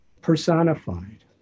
personified